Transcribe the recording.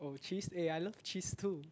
oh cheese eh I love cheese too